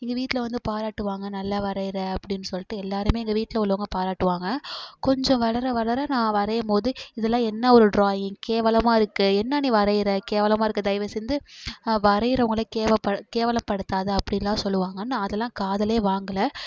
எங்கள் வீட்டில் வந்து பாராட்டுவாங்க நல்லா வரைகிற அப்படின் சொல்லிட்டு எல்லாருமே எங்கள் வீட்டில் உள்ளவங்க பாராட்டுவாங்க கொஞ்சம் வளர வளர நான் வரையும்போது இதெல்லாம் என்ன ஒரு ட்ராயிங் கேவலமாக இருக்குது என்ன நீ வரைகிற கேவலமாக இருக்குது தயவுசெய்து வரையிறவங்கள கேவல கேவலப்படுத்தாதே அப்படின்லாம் சொல்லுவாங்க நான் அதுலாம் காதில் வாங்கல